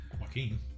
Joaquin